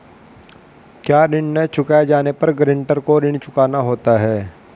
क्या ऋण न चुकाए जाने पर गरेंटर को ऋण चुकाना होता है?